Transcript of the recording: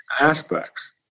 aspects